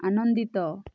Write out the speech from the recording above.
ଆନନ୍ଦିତ